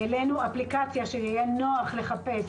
העלינו אפליקציה שיהיה נוח לחפש,